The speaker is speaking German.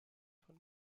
von